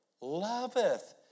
loveth